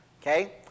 Okay